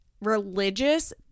religious